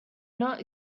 not